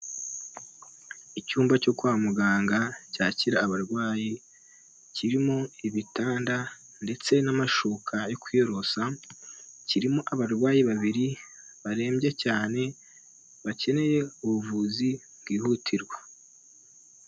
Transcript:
Icyumba cyo kwa muganga cyakira abarwayi, kirimo ibitanda ndetse n'amashuka yo kwiyorosa, kirimo abarwayi babiri barembye cyane, bakeneye ubuvuzi bwihutirwa.